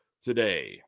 Today